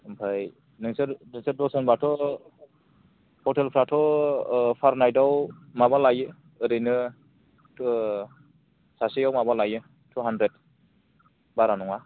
ओमफ्राय नोंसोर नोंसोर दसज'नबाथ' हटेल फोराथ' पार नाइट आव माबा लायो ओरैनो सासेयाव माबा लायो टु हान्द्रेद बारा नङा